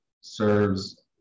serves